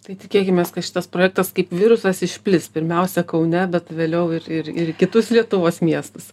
tai tikėkimės kad šitas projektas kaip virusas išplis pirmiausia kaune bet vėliau ir ir ir į kitus lietuvos miestus